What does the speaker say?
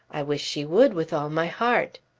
i wish she would with all my heart.